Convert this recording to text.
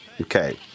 Okay